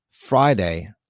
Friday